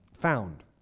found